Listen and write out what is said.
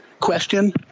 question